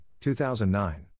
2009